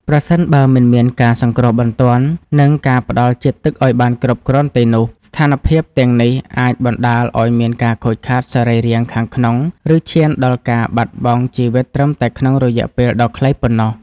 ប្រសិនបើមិនមានការសង្គ្រោះបន្ទាន់ និងការផ្ដល់ជាតិទឹកឱ្យបានគ្រប់គ្រាន់ទេនោះ ស្ថានភាពទាំងនេះអាចបណ្ដាលឱ្យមានការខូចខាតសរីរាង្គខាងក្នុង ឬឈានដល់ការបាត់បង់ជីវិតត្រឹមតែក្នុងរយៈពេលដ៏ខ្លីប៉ុណ្ណោះ។